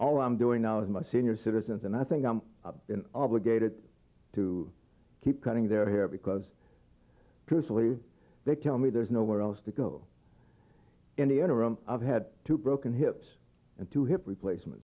all i'm doing now is my senior citizens and i think i'm obligated to keep cutting their hair because truthfully they tell me there's nowhere else to go in the interim i've had two broken hips and two hip replacement